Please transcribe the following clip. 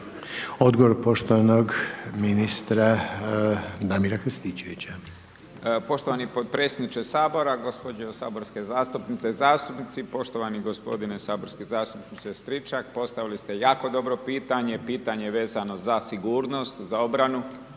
Odgovor poštovanog ministra Damira Krstičevića. **Krstičević, Damir (HDZ)** Poštovani potpredsjedniče Sabora, gospođe saborske zastupnice, zastupnici, poštovani g. saborski zastupniče Stričak postavili ste jako dobro pitanje, pitanje vezano za sigurnost, za obranu